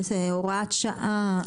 איזה הוראת שעה,